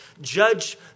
judge